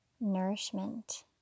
nourishment